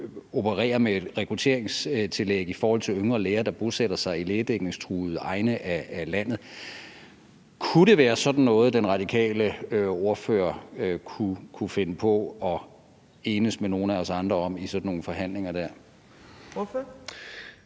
man operere med et rekrutteringstillæg i forhold til yngre læger, der bosætter sig i lægedækningstruede egne af landet? Kunne det være sådan noget, den radikale ordfører kunne finde på at enes med nogle af os andre om i sådan nogle forhandlinger? Kl.